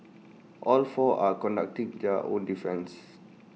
all of four are conducting their own defence